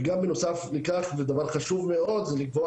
וגם בנוסף לכך דבר חשוב מאד זה לקבוע